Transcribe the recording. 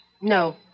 No